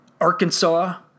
Arkansas